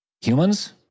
humans